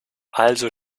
also